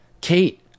Kate